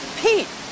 pete